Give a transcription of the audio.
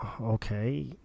Okay